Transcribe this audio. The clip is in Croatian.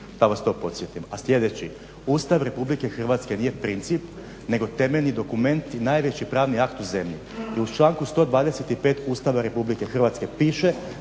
da vas to podsjetim. A sljedeći, Ustav Republike Hrvatske nije princip nego temeljni dokument i najveći pravni akt u zemlji. I u članku 125. Ustava Republike Hrvatske piše